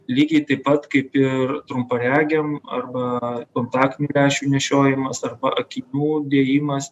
lygiai taip pat kaip ir trumparegiam arba kontaktinių lęšių nešiojimas arba akinių dėjimas